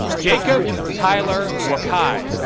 jacob tyler wakai